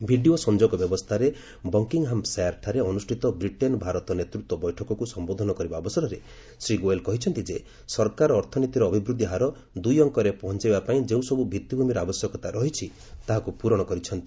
video ସଂଯୋଗ ବ୍ୟବସ୍ଥାରେ ବକିଂହାମ୍ସାୟାର୍ଠାରେ ଅନୁଷ୍ଠିତ ବ୍ରିଟେନ୍ ଭାରତ ନେତୃତ୍ୱ ବୈଠକକୁ ସମ୍ଭୋଧନ କରିବା ଅବସରରେ ଶ୍ରୀ ଗୋଏଲ କହିଚ୍ଚନ୍ତି ଯେ ସରକାର ଅର୍ଥନୀତିର ଅଭିବୃଦ୍ଧି ହାର ଦୁଇ ଅଙ୍କରେ ପହଞ୍ଚାଇବା ପାଇଁ ଯେଉଁସବୁ ଭିଭିଭ୍ରମିର ଆବଶ୍ୟକତା ରହିଛି ତାହାକୁ ପୂରଣ କରିଛନ୍ତି